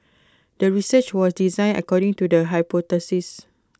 the research was designed according to the hypothesis